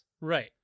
Right